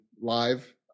live